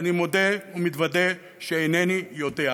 אני מודה ומתוודה שאינני יודע,